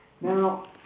Now